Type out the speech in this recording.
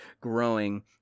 growing